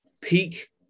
peak